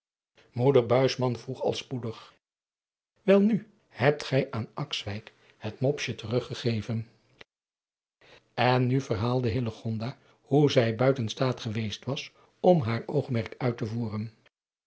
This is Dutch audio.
buisman vroeg al spoedig welnu hebt gij aan akswijk het mopsje teruggegeven en nu verhaalde hillegonda hoe zij buiten staat geweest was om haar oogmerk uit te voeren